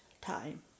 time